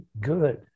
good